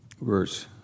Verse